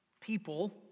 people